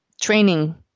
training